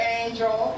angel